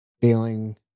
feeling